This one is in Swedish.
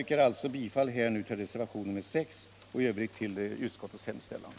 Jag yrkar bifall till reservationen 7 och i övrigt till vad utskottet hemställt.